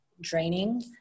draining